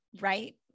right